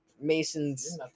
Mason's